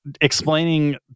explaining